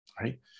right